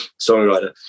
songwriter